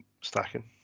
stacking